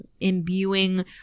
imbuing